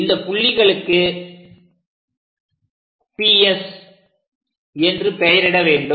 இந்த புள்ளிகளுக்கு P மற்றும் S என்று பெயரிட வேண்டும்